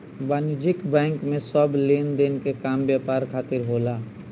वाणिज्यिक बैंक में सब लेनदेन के काम व्यापार खातिर होला